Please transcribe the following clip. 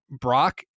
Brock